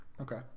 Okay